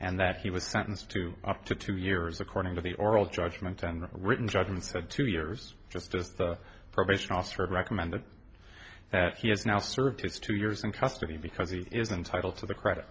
and that he was sentenced to up to two years according to the oral judgment and written judgment said two years just as the probation officer had recommended that he has now served his two years in custody because he is entitled to the credit